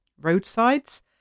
roadsides